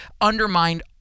undermined